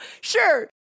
Sure